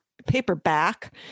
paperback